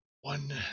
one